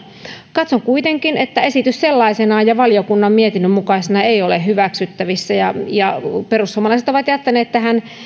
katson kuitenkin että esitys sellaisenaan ja valiokunnan mietinnön mukaisena ei ole hyväksyttävissä ja perussuomalaiset ovat jättäneet tähän